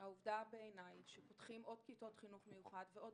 העובדה שפותחים עוד כיתות חינוך מיוחד ועוד